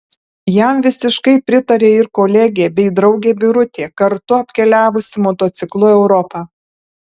jam visiškai pritarė ir kolegė bei draugė birutė kartu apkeliavusi motociklu europą